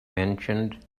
mentioned